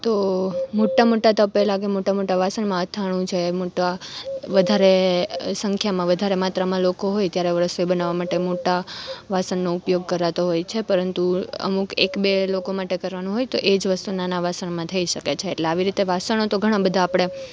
તો મોટાં મોટાં તપેલાં કે મોટાં મોટાં વાસણમાં અથાણું છે મોટાં વધારે સંખ્યામાં વધારે માત્રામાં લોકો હોય ત્યારે એવું રસોઈ બનાવવા માટે મોટાં વાસણનો ઉપયોગ કરાતો હોય છે પરંતુ અમુક એકબે લોકો માટે કરવાનું હોય તો એજ વસ્તુ નાના વાસણમાં થઈ શકે છે એટલે આવી રીતે વાસણો તો ઘણાં બધાં આપણે